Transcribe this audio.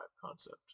concept